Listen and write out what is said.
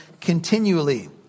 continually